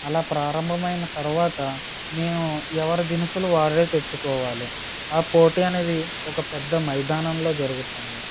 అలా ప్రారంభం అయిన తర్వాత మేము ఎవరి దినుసులు వారే తెచ్చుకోవాలి ఆ పోటీ అనేది ఒక పెద్ద మైదానంలో జరుగుతుంది